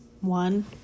One